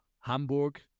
Hamburg